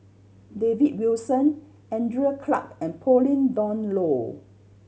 David Wilson Andrew Clarke and Pauline Dawn Loh